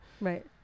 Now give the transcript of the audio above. right